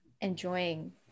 enjoying